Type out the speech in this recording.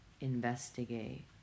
investigate